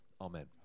amen